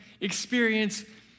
experience